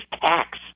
tax